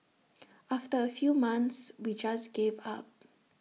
after A few months we just gave up